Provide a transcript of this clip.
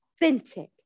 authentic